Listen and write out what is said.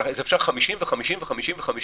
אז אפשר 50 ו-50 ו-50